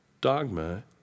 dogma